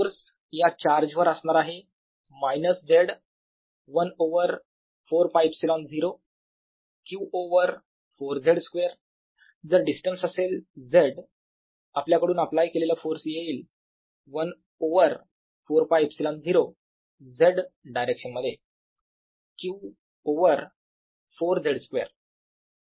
force या charge वर असणार आहे minus Z 1 over 4 π ε0 q over 4Z square जर डिस्टन्स असेल Z आपल्याकडून अप्लाय केलेला फोर्स येईल 1 ओवर 4 π ε0 Z डायरेक्शन मध्ये q ओवर 4Z स्क्वेअर